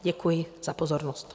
Děkuji za pozornost.